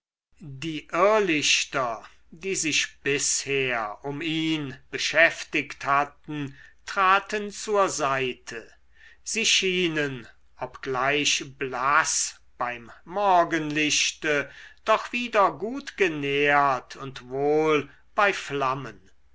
die irrlichter die sich bisher um ihn beschäftigt hatten traten zur seite sie schienen obgleich blaß beim morgenlichte doch wieder gut genährt und wohl bei flammen